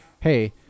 hey